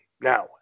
now